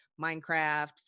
Minecraft